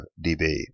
dB